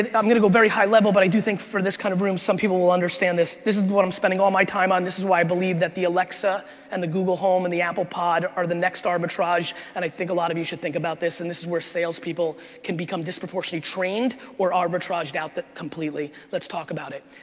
i'm gonna go very high level, but i do think for this kind of room, some people will understand this. this is what i'm spending all my time on, this is why i believe that the alexa and the google home and the apple pod are the next arbitrage and i think a lot of you should think about this and this is where sales people can become disproportionately trained or arbitraged out completely, let's talk about it.